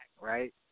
right